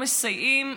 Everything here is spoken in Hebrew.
לא מסייעים,